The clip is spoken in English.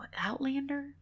Outlander